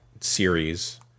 series